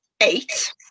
eight